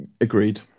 Agreed